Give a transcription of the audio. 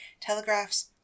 Telegraphs